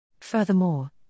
Furthermore